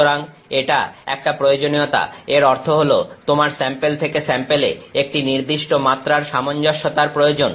সুতরাং এটা একটা প্রয়োজনীয়তা এর অর্থ হল তোমার স্যাম্পেল থেকে স্যাম্পেলে একটি নির্দিষ্ট মাত্রার সামঞ্জস্যতার প্রয়োজন